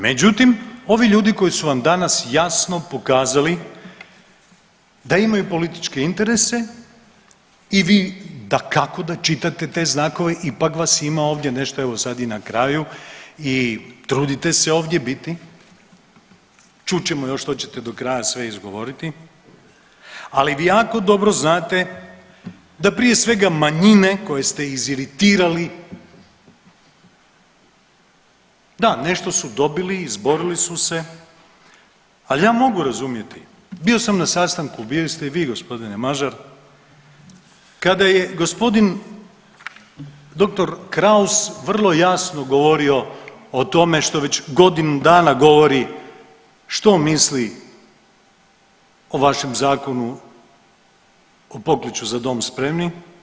Međutim, ovi ljudi koji su vam danas jasno pokazali da imaju političke interese i vi, dakako da čitate te znakove, ipak vas ima ovdje, nešto evo sad i na kraju i trudite se ovdje biti, čut ćemo još što ćete do kraja sve izgovoriti, ali vi jako dobro znate da prije svega, manjine koje ste iziritirali, da, nešto su dobili, izborili su se, ali ja mogu razumjeti, bio sam na sastanku, bili ste i vi g. Mažar, kada je g. dr. Kraus vrlo jasno govorio o tome što već godinu dana govori što misli o vašem zakonu o pokliču „Za dom spremni“